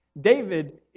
David